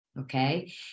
Okay